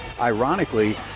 Ironically